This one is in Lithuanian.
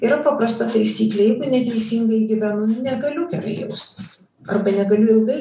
yra paprasta taisyklė jeigu neteisingai gyvenu nu negaliu gerai jaustis arba negaliu ilgai